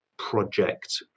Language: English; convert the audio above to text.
project